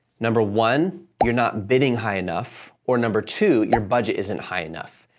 number one, you're not bidding high enough or number two, your budget isn't high enough.